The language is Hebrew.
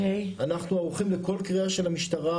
אנחנו ערוכים לכך קריאה של המשטרה,